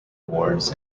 awards